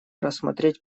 рассмотреть